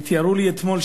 ותיארו לי אתמול,